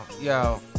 yo